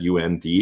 UND